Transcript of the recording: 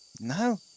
No